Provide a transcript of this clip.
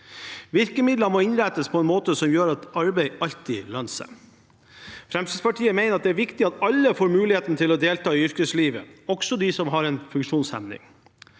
Virkemidlene må innrettes på en måte som gjør at arbeid alltid lønner seg. Fremskrittspartiet mener det er viktig at alle får muligheten til å delta i yrkeslivet, også de som har en funksjonshemning.